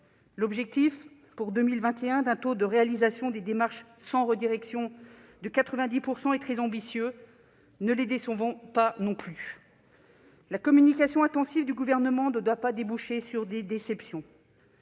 L'objectif pour 2021 d'un taux de réalisation des démarches sans redirection de 90 % est très ambitieux : ne décevons pas les espoirs qu'il inspire. La communication intensive du Gouvernement ne doit pas déboucher sur des déceptions.